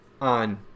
on